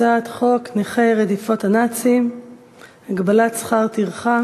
הצעת חוק נכי רדיפות הנאצים (תיקון מס' 20) (הגבלת שכר טרחה